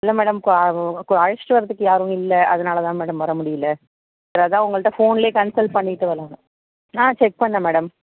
இல்லை மேடம் அழைச்சிட்டு வரதுக்கு யாரும் இல்லை அதனால் தான் மேடம் வர முடியல சரி அதுதான் உங்கள்கிட்ட ஃபோன்லேயே கன்சல் பண்ணிவிட்டு வரலான்னு ஆ செக் பண்ணுணேன் மேடம்